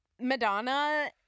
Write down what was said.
madonna